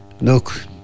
Look